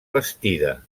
bastida